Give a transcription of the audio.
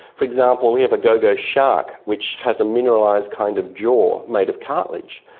for example we have a gogo shark which has a mineralised kind of jaw made of cartilage.